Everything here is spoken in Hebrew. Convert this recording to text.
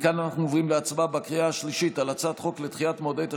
מכאן אנחנו עוברים להצבעה בקריאה השלישית על הצעת חוק לדחיית מועדי תשלומי